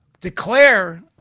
declare